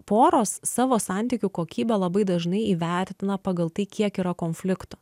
poros savo santykių kokybę labai dažnai įvertina pagal tai kiek yra konfliktų